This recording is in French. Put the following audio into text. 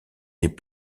des